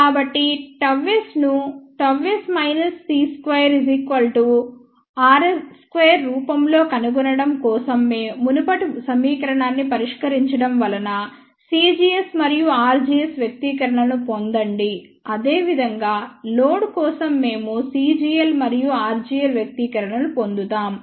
కాబట్టిΓs ను Γs c 2 r 2 రూపంలో కనుగొనడం కోసం మునుపటి సమీకరణాన్ని పరిష్కరించడం వలన cgs మరియు rgs వ్యక్తీకరణలను పొందండి అదేవిధంగాలోడ్ కోసం మేము cgl మరియు rgl వ్యక్తీకరణలను పొందుతాం